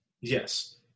Yes